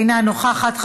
אינה נוכחת.